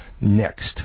Next